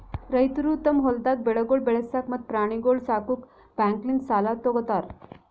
ರೈತುರು ತಮ್ ಹೊಲ್ದಾಗ್ ಬೆಳೆಗೊಳ್ ಬೆಳಸಾಕ್ ಮತ್ತ ಪ್ರಾಣಿಗೊಳ್ ಸಾಕುಕ್ ಬ್ಯಾಂಕ್ಲಿಂತ್ ಸಾಲ ತೊ ಗೋತಾರ್